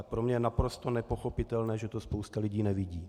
Pro mě je naprosto nepochopitelné, že to spousta lidí nevidí.